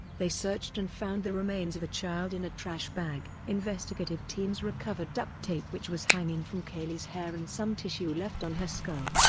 they searched and found the remains of a child in a trash bag. investigative teams recovered duct tape which was hanging from caylee's hair and some tissue left on her skull.